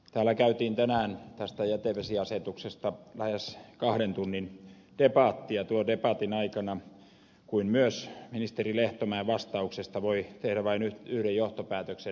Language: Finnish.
täällä käytiin tänään tästä jätevesiasetuksesta lähes kahden tunnin debatti ja niin tuon debatin aikana kuin myös ministeri lehtomäen vastauksesta saattoi tehdä vain yhden johtopäätöksen